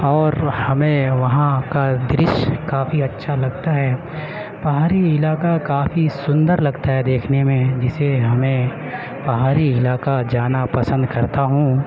اور ہمیں وہاں کا درشیہ کافی اچھا لگتا ہے پہاڑی علاقہ کافی سندر لگتا ہے دیکھنے میں جسے ہمیں پہاڑی علاقہ جانا پسند کرتا ہوں